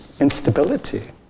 instability